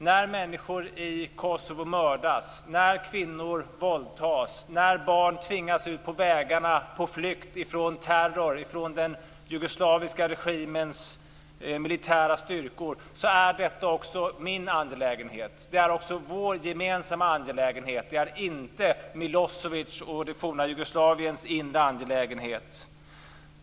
När människor i Kosovo mördas, när kvinnor våldtas, när barn tvingas ut på vägarna på flykt ifrån terror och ifrån den jugoslaviska regimens militära styrkor är det också min angelägenhet. Det är också vår gemensamma angelägenhet. Det är inte Milosevics och det forna Jugoslaviens inre angelägenhet.